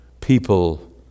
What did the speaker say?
people